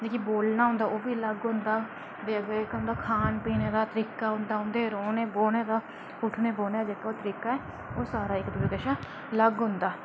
बोलना उं'दा ओह् बी लग्ग होंदा उं'दा खान पीन जेह्का होंदा उं'दे रौह्ने बौह्ने दा उट्ठने बौह्ने दा तरीका ओह् सारा लग्ग होंदा